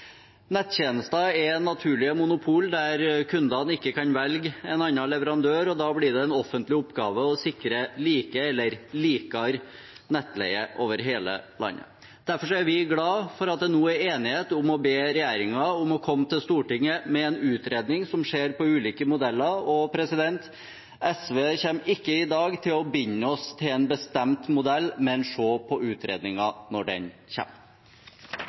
Nettjenester er naturlige monopol der kundene ikke kan velge en annen leverandør, og da blir det en offentlig oppgave å sikre like eller likere nettleie over hele landet. Derfor er vi glad for at det nå er enighet om å be regjeringen komme til Stortinget med en utredning av ulike modeller. SV kommer i dag ikke til å binde seg til en modell, men se på utredningen når den